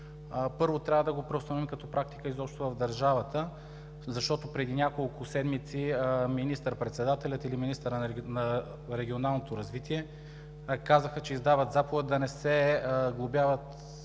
първо, трябва да го преустановим като практика изобщо в държавата. Защото преди няколко седмици министър-председателят или министърът на регионалното развитие казаха, че издават заповед да не се глобяват